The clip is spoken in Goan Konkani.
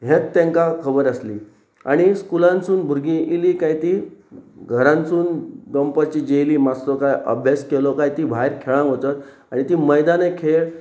हेच तांकां खबर आसली आनी स्कुलानसून भुरगीं इल्लीं काय ती घरानसून दनपाराची जेली मसलो काय अभ्यास केलो काय ती भायर खेळाक वचत आनी ती मैदान खेळ